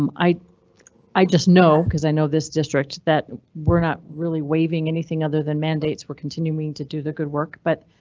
um i i just know cause i know this district that we're not really waiving anything other than mandates. we're continuing to do the good work, but.